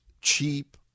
cheap